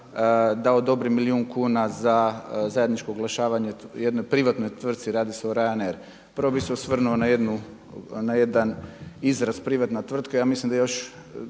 da odobri milijun kuna za zajedničko oglašavanje jednoj privatnoj tvrci radi se o Ryanair. Prvo bih se osvrnuo na jedan izraz privatna tvrtka, ja mislim da još